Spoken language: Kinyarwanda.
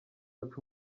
baca